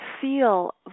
feel